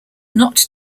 not